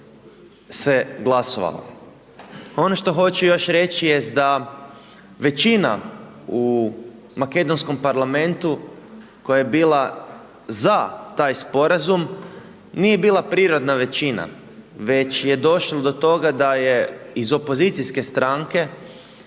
se glasovalo. Ono što hoću još reći jest da većina u makedonskom parlamentu koja je bila za taj sporazum, nije bila prirodna većina, već je došlo do toga da je iz opozicijske stranke,